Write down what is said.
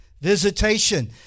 visitation